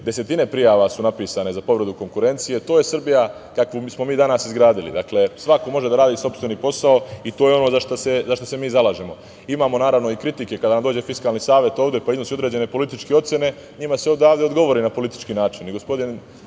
desetine prijava su napisane za povredu konkurencije. To je Srbija kakvu smo mi danas izgradili. Svako može da radi sopstveni posao i to je ono za šta se mi zalažemo. Imamo i kritike kada nam dođe Fiskalni savet ovde koji iznosi određene političke ocene. Njima se odavde odgovori na politički način.